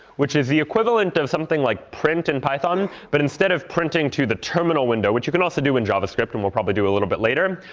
which is the equivalent of something like print in python. but instead of printing to the terminal window, which you can also do in javascript, and we'll probably do a little bit later,